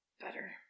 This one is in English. better